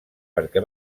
perquè